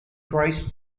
grace